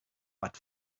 but